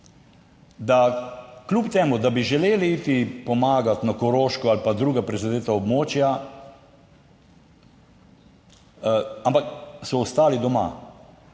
da kljub temu, da bi želeli iti pomagati na Koroško ali pa druga prizadeta območja, ampak so ostali doma,